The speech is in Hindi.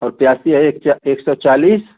और प्यासी है एक चा एक सौ चालीस